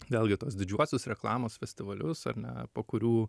vėlgi tuos didžiuosius reklamos festivalius ar ne po kurių